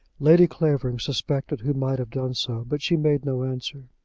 lady clavering suspected who might have done so, but she made no answer.